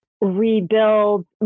rebuild